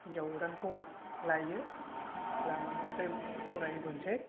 हिनजाव गोदानखौ लायो लामानिफ्राय बरायबोनोसै